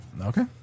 Okay